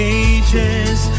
ages